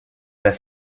pas